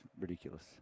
ridiculous